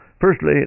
Firstly